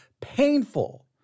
painful